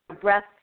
Breath